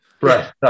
Right